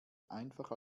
einfach